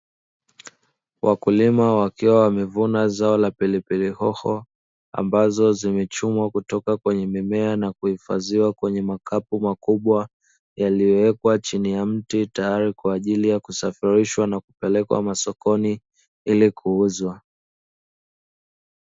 Wakulima wakiwa wamevuna zao la pilipili hoho ambazo zimechumwa kutoka kwenye mimea na kuhifadhiwa kwenye makapu makubwa yaliyowekwa chini ya mti tayari kwa ajili ya kusafirishwa na kupelekwa masokoni ili kuuzwa.